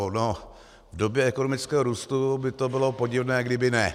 V době ekonomického růstu by to bylo podivné, kdyby ne.